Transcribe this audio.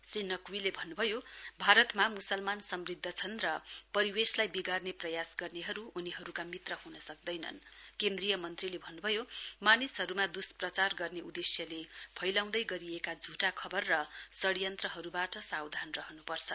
श्री नाग्वीले भन्नुभयो भारतमा मुसलमान समृद्ध छन् र परिवेशलाई बिगार्ने प्रयास गर्नेहरू उनीहरूका मित्र हुन सक्दैनन् केन्द्रीय मन्त्रीले भन्नुभयो मानिसहरूमा दुष्प्रचार गर्ने उद्देश्यले फैलाउँदै गरिएका झुटा खबर र षढयन्त्रहरूबाट सावधान रहनुपर्छ